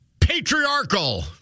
patriarchal